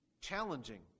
challenging